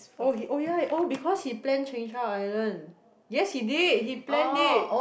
oh ya oh because he planned Cheung Chau island yes he did he planned it